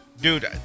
dude